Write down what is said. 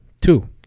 Two